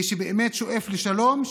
מי שבאמת שואף לשלום,